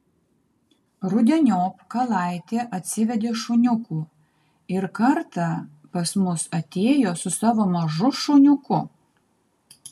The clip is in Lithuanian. rudeniop kalaitė atsivedė šuniukų ir kartą pas mus atėjo su savo mažu šuniuku